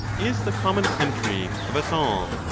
is the common country of us all.